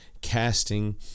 casting